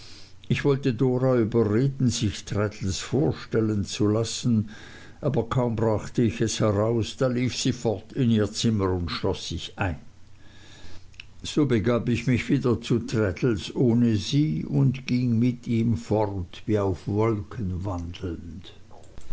ich wollte dora überreden sich traddles vorstellen zu lassen aber kaum brachte ich es heraus da lief sie fort in ihr zimmer und schloß sich ein so begab ich mich wieder zu traddles ohne sie und ging mit ihm fort wie auf wolken wandelnd